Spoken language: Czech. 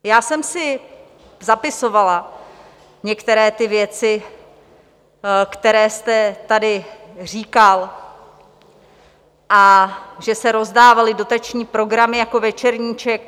Já jsem si zapisovala některé ty věci, které jste tady říkal, a že se rozdávaly dotační programy jako Večerníček.